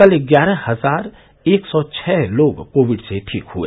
कल ग्यारह हजार एक सौ छः लोग कोविड से ठीक हए